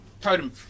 totem